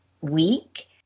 week